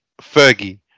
Fergie